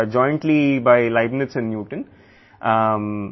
కాబట్టి అది లీబ్నిజ్ మరియు న్యూటన్ సంయుక్తంగా